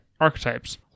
archetypes